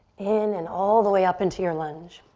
in and all the way up in to your lunge.